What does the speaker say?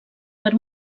per